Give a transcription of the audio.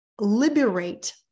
liberate